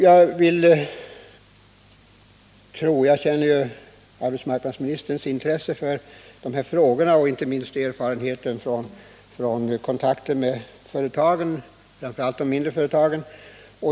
Jag känner ju till arbetsmarknadsministerns intresse för dessa frågor och hans erfarenhet från kontakten med framför allt de mindre företagen.